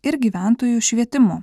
ir gyventojų švietimu